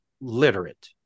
literate